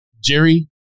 Jerry